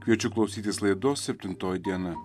kviečiu klausytis laidos septintoji diena